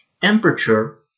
Temperature